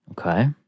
okay